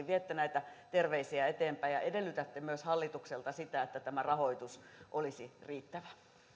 viette näitä terveisiä eteenpäin ja edellytätte myös hallitukselta sitä että tämä rahoitus olisi riittävä